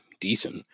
decent